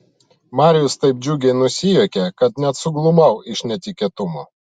marijus taip džiugiai nusijuokė kad net suglumau iš netikėtumo